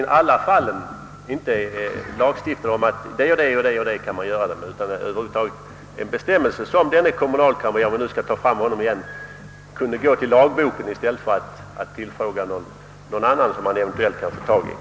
En och samma paragraf bör alltså inkludera alla de här möjliga fallen så att denne kommunalkamrer — om vi nu skall ta fram honom igen — kan gå till lagboken i stället för att tillfråga någon lagklok person han eventuellt kan få tag i.